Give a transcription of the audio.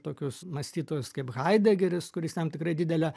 tokius mąstytojus kaip haidegeris kuris jam tikrai didelę